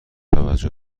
توجه